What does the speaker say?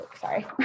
sorry